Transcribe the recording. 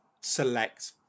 select